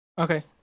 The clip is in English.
Okay